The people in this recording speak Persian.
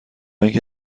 اینکه